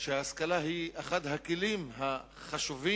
שההשכלה היא אחד הכלים החשובים